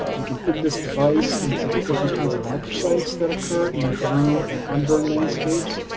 we can fit this device into the different kinds of micro-sites that occur in burned and un-burned landscapes.